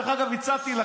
נא לא להפריע.